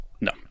No